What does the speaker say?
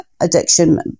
addiction